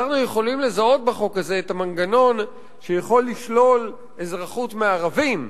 אנחנו יכולים לזהות בחוק הזה את המנגנון שיכול לשלול אזרחות מערבים,